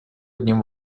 одним